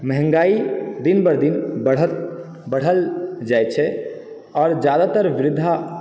महंगाई दिन व दिन बढ़ल जाइ छै आओर जादातर वृद्धा